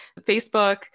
Facebook